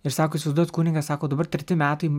ir sako įsivaizduojat kunige sako dabar treti metai